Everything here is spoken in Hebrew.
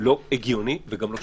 לא הגיוני וגם לא שוויוני.